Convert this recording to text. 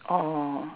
orh